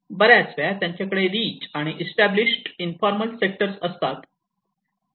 बऱ्याच वेळा त्यांच्याकडे रिच आणि एस्टाब्लिशेड इन्फॉर्मल सेक्टर असतात